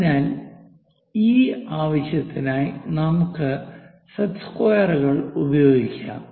അതിനാൽ ഈ ആവശ്യത്തിനായി നമുക്ക് സെറ്റ് സ്ക്വയറുകൾ ഉപയോഗിക്കാം